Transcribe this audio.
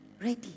ready